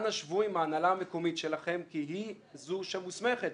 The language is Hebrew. אנא שבו עם ההנהלה המקומית שלכם כי היא זו שמוסמכת.